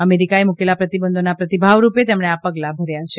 અમેરીકાએ મુકેલા પ્રતિબંધોના પ્રતિભાવરૂપે તેણે આ પગલા ભર્યા છે